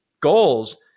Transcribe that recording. goals